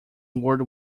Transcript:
world